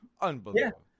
unbelievable